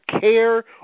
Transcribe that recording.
care